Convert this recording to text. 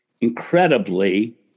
incredibly